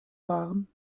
fahren